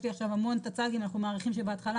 יש לי עכשיו המון טצ"גים" ואנחנו מעריכים שבהתחלה